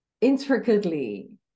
intricately